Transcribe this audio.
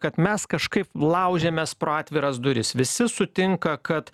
kad mes kažkaip laužiamės pro atviras duris visi sutinka kad